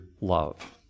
love